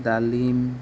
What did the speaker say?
ডালিম